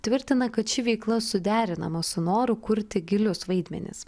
tvirtina kad ši veikla suderinama su noru kurti gilius vaidmenis